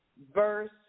Verse